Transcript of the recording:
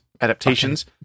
adaptations